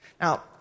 Now